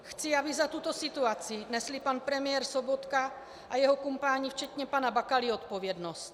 Chci, aby za tuto situaci nesli pan premiér Sobotka a jeho kumpáni včetně pana Bakaly odpovědnost.